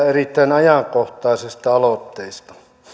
erittäin ajankohtaisesta aloitteesta